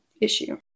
issue